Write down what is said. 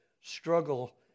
struggle